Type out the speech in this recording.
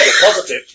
positive